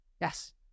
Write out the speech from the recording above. Yes